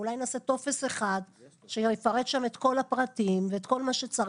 אולי נעשה טופס אחד שיפרט שם את כל הפרטים ואת כל מה שצריך,